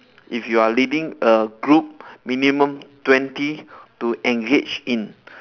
if you are leading a group minimum twenty to engage in